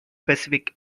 pacific